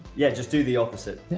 yeah, just do the opposite,